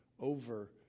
over